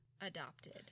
adopted